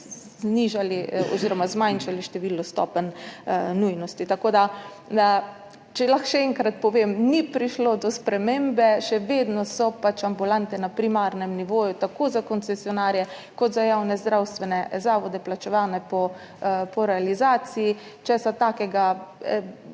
kjer bomo tudi zmanjšali število stopenj nujnosti. Če lahko še enkrat povem, ni prišlo do spremembe, še vedno so ambulante na primarnem nivoju tako za koncesionarje kot za javne zdravstvene zavode plačevane po realizaciji. Česa takega